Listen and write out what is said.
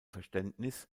verständnis